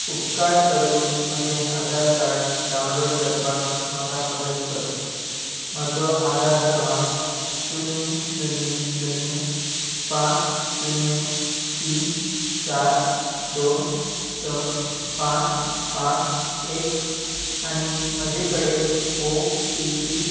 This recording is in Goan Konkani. उपकार करून म्हजें आदार कार्ड डावनलोड करपाक म्हाका मदत कर म्हजो आदार क्रमांक शुन्य शुन्य शुन्य पांच शुन्य तीन चार दोन स पांच पांच एक आनी म्हजे कडेन ओ टी पी